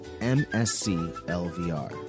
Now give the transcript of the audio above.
M-S-C-L-V-R